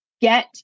get